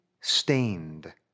stained